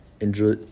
Enjoy